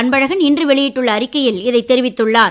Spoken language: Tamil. அன்பழகன் இன்று வெளியிட்டுள்ள அறிக்கையில் இதைத் தெரிவித்துள்ளார்